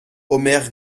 omer